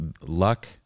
Luck